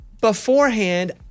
beforehand